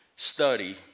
study